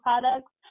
products